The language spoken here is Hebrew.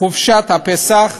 חופשת הפסח,